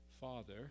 Father